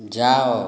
ଯାଅ